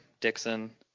Dixon